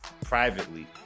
privately